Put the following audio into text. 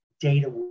data